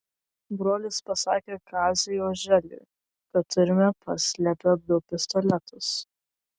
brolis pasakė kaziui oželiui kad turime paslėpę du pistoletus